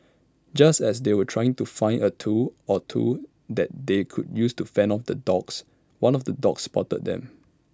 just as they were trying to find A tool or two that they could use to fend off the dogs one of the dogs spotted them